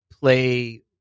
play